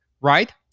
Right